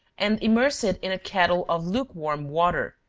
and immerse it in a kettle of lukewarm water,